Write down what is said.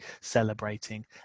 celebrating